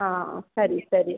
ಹಾಂ ಸರಿ ಸರಿ